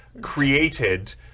created